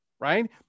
right